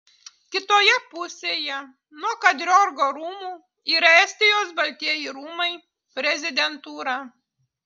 kitoje pusėje nuo kadriorgo rūmų yra estijos baltieji rūmai prezidentūra